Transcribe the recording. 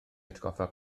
atgoffa